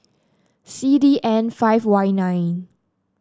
C D N five Y nine